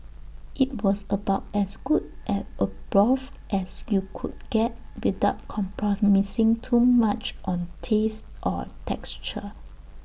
IT was about as good as A broth as you could get without compromising too much on taste or texture